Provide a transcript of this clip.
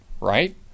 right